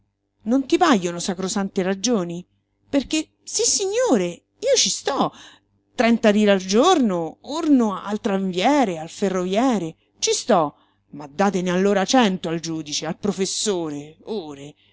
non ti pajono sacrosante ragioni perché sissignore io ci sto trenta lire al giorno orno al tramviere al ferroviere ci sto ma datene allora cento al giudice al professore ore